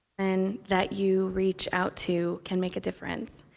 and that you reach out to can make a difference.